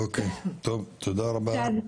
אוקיי, תודה רבה לך.